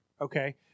Okay